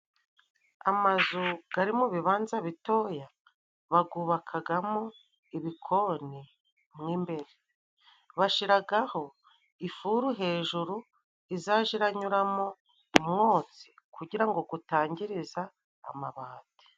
Amazu gari mu bibanza bitoya, bagwubakagamo ibikoni mo imbere. Bashiragaho ifuru hejuru izaja iranyuramo umwotsi kugira ngo gutangiriza amabati.